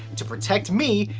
to protect me,